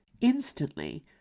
Instantly